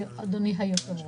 אדוני היושב ראש.